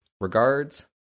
Regards